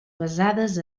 basades